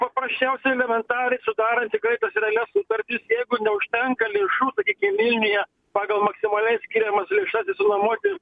paprasčiausiai elementariai sudarant tikrai tas realias sutartis jeigu neužtenka lėšų sakykim vilniuje pagal maksimaliai skiriamas lėšas išsinuomoti